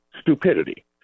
stupidity